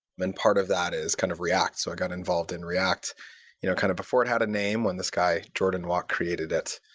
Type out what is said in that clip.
part of that is kind of react, so i got involved in react you know kind of before it had a name, when this guy, jordan walke, created it.